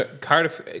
Cardiff